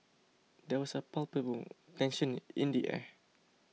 there was a palpable tension in the air